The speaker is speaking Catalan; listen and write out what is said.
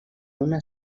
una